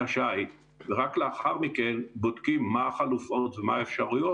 השיט ורק לאחר מכן בודקים מה החלופות ומה האפשרויות,